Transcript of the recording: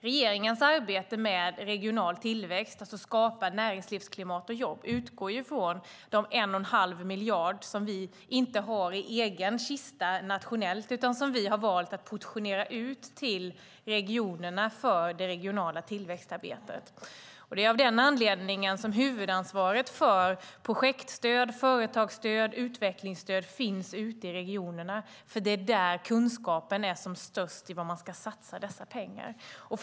Regeringens arbete med regional tillväxt, alltså att skapa näringslivsklimat och jobb, utgår från de 1 1⁄2 miljarder som vi inte har i egen kista nationellt utan som vi har valt att portionera ut till regionerna för det regionala tillväxtarbetet. Det är av denna anledning som huvudansvaret för projektstöd, företagsstöd och utvecklingsstöd finns ute i regionerna eftersom det är där som kunskapen är som störst när det gäller var dessa pengar ska satsas.